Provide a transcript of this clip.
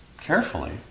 Carefully